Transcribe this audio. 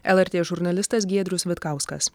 lrt žurnalistas giedrius vitkauskas